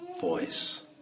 voice